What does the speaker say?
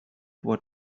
what